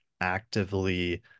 actively